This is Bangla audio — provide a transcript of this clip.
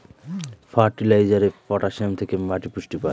ফার্টিলাইজারে পটাসিয়াম থেকে মাটি পুষ্টি পায়